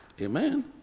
Amen